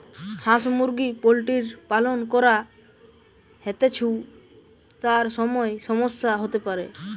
হাঁস মুরগি পোল্ট্রির পালন করা হৈতেছু, তার সময় সমস্যা হতে পারে